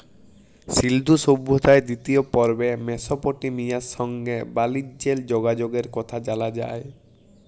সিল্ধু সভ্যতার দিতিয় পর্বে মেসপটেমিয়ার সংগে বালিজ্যের যগাযগের কথা জালা যায়